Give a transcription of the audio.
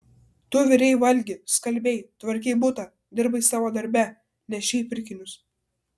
tu virei valgi skalbei tvarkei butą dirbai savo darbe nešei pirkinius